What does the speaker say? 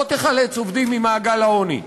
לא תחלץ עובדים ממעגל העוני.